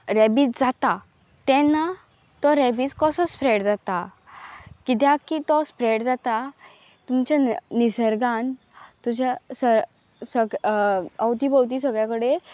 rabies जाता तेन्ना तो रॅबीज कसो स्प्रेड जाता कित्याक की तो स्प्रेड जाता तुमच्या निसर्गान तुज्या अवती भोंवती सगळे कडेन